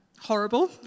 horrible